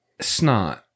snot